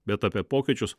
bet apie pokyčius